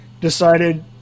decided